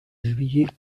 juillet